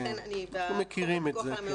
כן, אנחנו מכירים את זה.